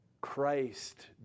Christ